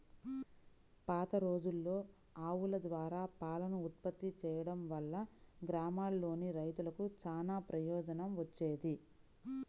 పాతరోజుల్లో ఆవుల ద్వారా పాలను ఉత్పత్తి చేయడం వల్ల గ్రామాల్లోని రైతులకు చానా ప్రయోజనం వచ్చేది